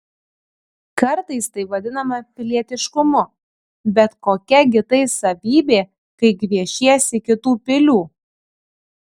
kartais tai vadinama pilietiškumu bet kokia gi tai savybė kai gviešiesi kitų pilių